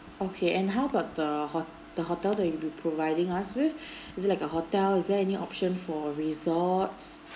okay and how about the hot~ the hotel that you will be providing us with is it like a hotel is there any option for resorts